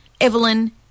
Evelyn